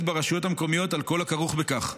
ברשויות המקומיות על כל הכרוך בכך,